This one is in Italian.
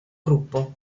gruppo